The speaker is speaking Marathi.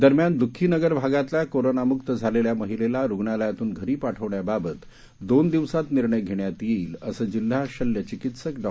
दरम्यान दुःखीनगर भागातल्या कोरोनामुक झालेल्या महिलेला रुणालयातून घरी पाठवण्याबाबत दोन दिवसात निर्णय घेण्यात येईल असं जिल्हा शल्यचिकित्सक डॉ